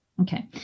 okay